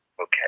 Okay